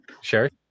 Sure